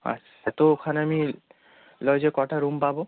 আচ্ছা তো ওখানে আমি লজে কটা রুম পাবো